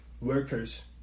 workers